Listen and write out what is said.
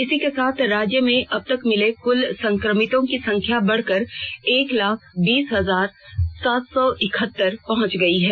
इसी के साथ राज्य में अब तक मिले कुल संक्रमितों की संख्या बढ़कर एक लाख बीस हजार सात सौ इकहत्तर पहुंच गई है